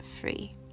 Free